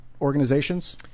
organizations